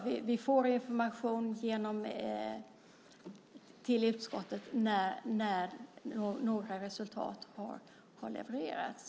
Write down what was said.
Vi får information till utskottet när några resultat har levererats.